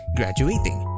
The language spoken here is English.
graduating